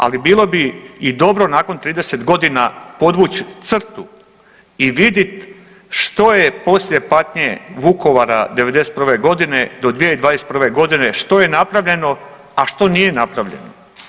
Ali bilo bi i dobro nakon 30 godina podvući crtu i vidit što je poslije patnje Vukovara '91. godine do 2021. godine što je napravljeno, a što nije napravljeno.